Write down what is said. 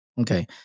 okay